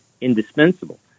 indispensable